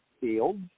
fields